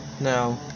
now